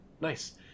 Nice